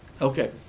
Okay